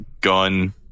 Gun